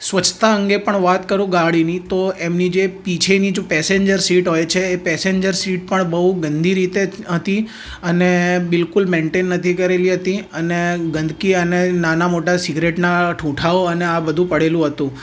સ્વચ્છતા અંગે પણ વાત કરું ગાડીની તો એમની જે પીછેની જે પેસેન્જર સીટ હોય છે એ પેસેન્જર સીટ પણ બહુ ગંદી રીતે હતી અને બિલકુલ મેન્ટેન નહોતી કરેલી હતી અને ગંદકી અને નાનાં મોટાં સીગરેટનાં ઠુંઠાઓ અને આ બધું પડેલું હતું